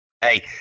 hey